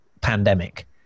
pandemic